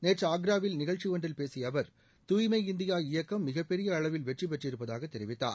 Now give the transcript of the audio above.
நேற்று ஆக்ராவில் நிகழ்ச்சியொன்றில் பேசிய அவர் துாய்மை இந்தியா இயக்கம் மிகப்பெரிய அளவில் வெற்றி பெற்றிருப்பதாக தெரிவித்தார்